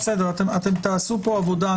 תעשו פה עבודה.